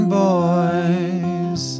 boys